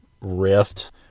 rift